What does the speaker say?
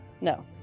No